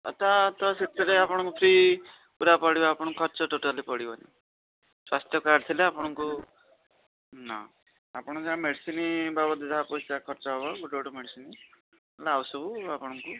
ତଥା ଆପଣ ସେଥିରେ ଆପଣଙ୍କୁ ଫ୍ରି ପୁରା ପଡ଼ିବ ଆପଣଙ୍କୁ ଖର୍ଚ୍ଚ ଟୋଟାଲି ପଡ଼ିବନି ସ୍ୱାସ୍ଥ୍ୟ କାର୍ଡ଼ ଥିଲେ ଆପଣଙ୍କୁ ନା ଆପଣ ଯାହା ମେଡ଼ିସିନ ବାବଦରେ ଯାହା ପଇସା ଖର୍ଚ୍ଚ ହବ ଗୋଟେ ଗୋଟେ ମେଡ଼ିସିନ ନହେଲେ ଆଉ ସବୁ ଆପଣଙ୍କୁ